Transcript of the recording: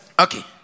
Okay